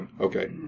okay